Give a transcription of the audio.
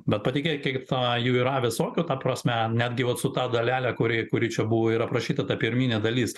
bet patikėkit a jų yra visokių ta prasme netgi vat su ta dalele kuri kuri čia buvo ir aprašyta ta pirminė dalis